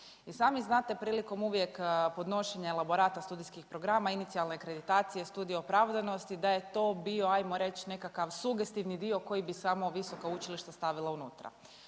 sami znate prilikom uvijek podnošenja elaborata studijskih programa, inicijalne akreditacije, studije opravdanosti da je to bio hajmo reći nekakav sugestivni dio koji bi samo visoka učilišta stavila unutra.